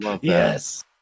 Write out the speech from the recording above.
Yes